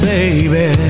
baby